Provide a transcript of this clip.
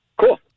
Cool